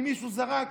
אם מישהו זרק,